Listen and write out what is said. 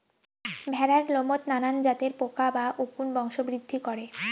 ভ্যাড়ার লোমত নানান জাতের পোকা বা উকুন বংশবৃদ্ধি করে